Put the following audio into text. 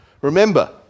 remember